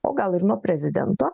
o gal ir nuo prezidento